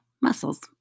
muscles